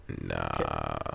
Nah